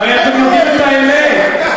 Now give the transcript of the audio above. אגיד את האמת.